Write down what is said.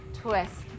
twist